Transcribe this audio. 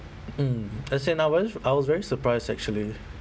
mm as in I very sh~ I was very surprised actually